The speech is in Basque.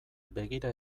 begira